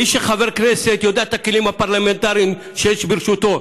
מי שחבר כנסת מכיר את הכלים הפרלמנטריים שיש ברשותו.